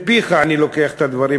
מפיך אני לוקח את הדברים,